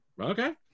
Okay